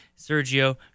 Sergio